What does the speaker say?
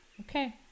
Okay